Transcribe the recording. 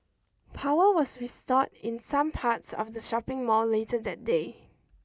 power was restored in some parts of the shopping mall later that day